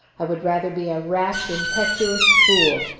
i would rather be a rash, impetuous fool!